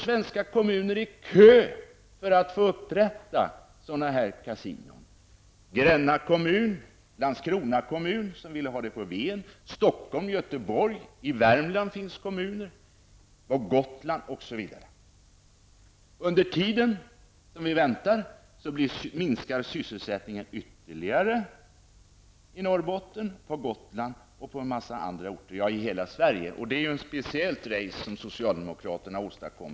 Svenska kommuner står i kö för att starta kasinon: Gränna kommun och Landskrona kommun, som vill ha kasino på Ven, samt Stockholms och Göteborgs kommuner. I Värmland, på Gotland och på andra håll finns det också kommuner som vill starta kasinon. Under tiden som vi väntar minskar sysselsättningen ytterligare i Norrbotten, på Gotland och på många andra orter i hela Sverige, och arbetslösheten är ju ett resultat av den socialdemokratiska politiken.